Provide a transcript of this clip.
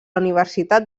universitat